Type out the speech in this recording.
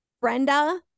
Brenda